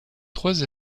trois